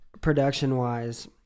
production-wise